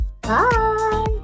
bye